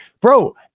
bro